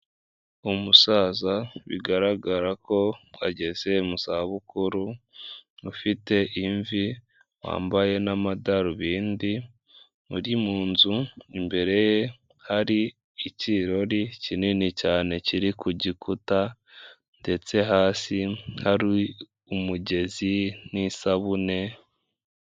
Umusaza bigaragara ko ageze mu za bukuru ufite imvi, wambaye n'amadarubindi uri mu nzu imbere ye hari ikirori kinini cyane kiri ku gikuta ndetse hasi hari umugezi n'isabune.